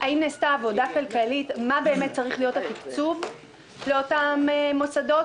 האם נעשתה עבודה כלכלית מה צריך להיות התקצוב לאותם מוסדות?